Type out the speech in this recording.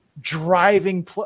driving